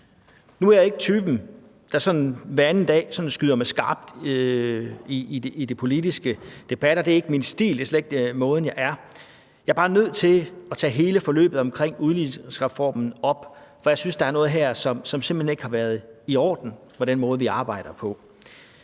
Nu er jeg ikke typen, der sådan hver anden dag skyder med skarpt i de politiske debatter. Det er ikke min stil, det er slet ikke måden, jeg er på. Jeg er bare nødt til at tage hele forløbet omkring udligningsreformen op, for jeg synes, der er noget her, som simpelt hen ikke har været i orden i forhold til den måde, vi arbejder på.